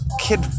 kid